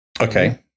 Okay